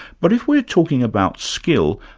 but if we're talking about skill,